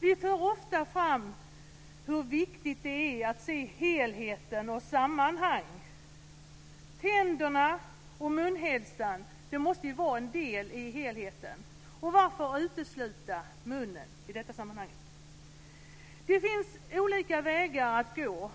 Vi för ofta fram hur viktigt det är att se helheten och sammanhang. Tänderna och munhälsan måste vara en del av helheten. Varför utesluta munnen i detta sammanhang? Det finns olika vägar att gå